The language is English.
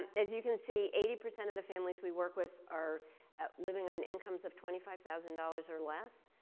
as you can see, eighty percent of the families we work with are living on incomes of twenty five thousand dollars or less.